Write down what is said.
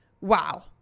Wow